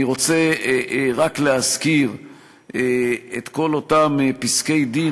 אני רוצה רק להזכיר את כל אותם פסקי-דין